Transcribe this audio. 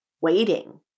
waiting